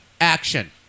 action